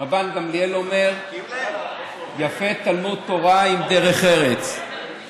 רבן גמליאל אומר: "יפה תלמוד תורה עם דרך ארץ".